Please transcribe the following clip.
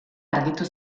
argitu